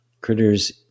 critters